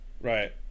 Right